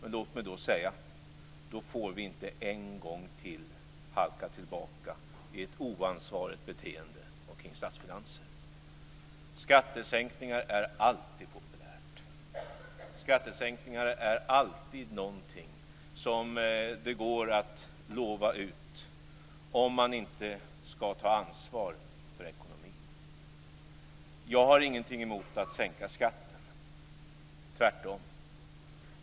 Men låt mig säga att vi då inte en gång till får halka tillbaka i ett oansvarigt beteende omkring statsfinanserna. Skattesänkningar är alltid populärt. Det går alltid att lova ut skattesänkningar om man inte skall ta ansvar för ekonomin. Jag har ingenting emot att sänka skatten, tvärtom.